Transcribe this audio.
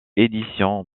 édition